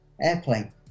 airplane